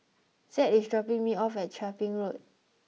Zed is dropping me off at Chia Ping Road